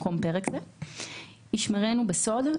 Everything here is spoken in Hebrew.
ישמרנו בסוד,